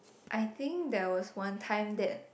I think there was one time that